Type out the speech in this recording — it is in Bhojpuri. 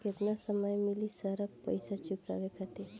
केतना समय मिली सारा पेईसा चुकाने खातिर?